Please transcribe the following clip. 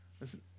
listen